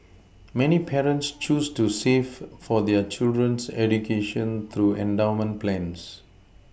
many parents choose to save for their children's education through endowment plans